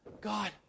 God